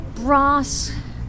brass